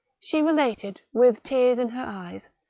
she related, with tears in her eyes,